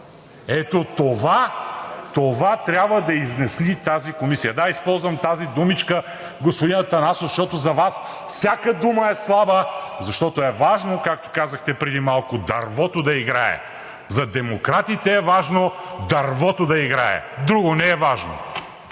ето това, това трябва да изясни тази комисия. Да, използвам тази думичка, господин Атанасов, защото за Вас всяка дума е слаба, защото е важно, както казахте преди малко, дървото да играе. За демократите е важно дървото да играе. Друго не е важно.